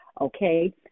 okay